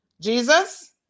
Jesus